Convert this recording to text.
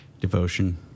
devotion